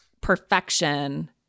perfection